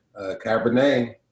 Cabernet